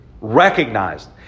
recognized